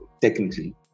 technically